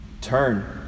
Turn